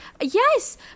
yes